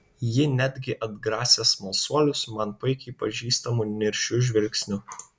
ji netgi atgrasė smalsuolius man puikiai pažįstamu niršiu žvilgsniu